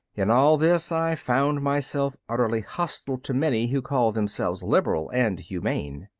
in all this i found myself utterly hostile to many who called themselves liberal and humane.